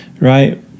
right